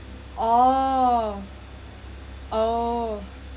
oh oh